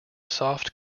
soft